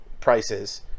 prices